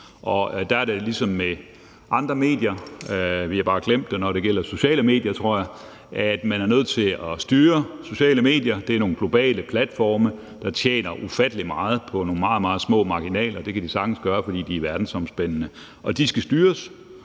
Og der er det ligesom med andre medier – vi har bare glemt det, når det gælder sociale medier, tror jeg – altså at man er nødt til at styre sociale medier. Det er nogle globale platforme, der tjener ufattelig meget på nogle meget, meget små marginaler; det kan de sagtens gøre, fordi de er verdensomspændende. De skal styres;